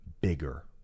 bigger